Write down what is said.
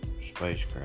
spacecraft